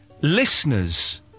listeners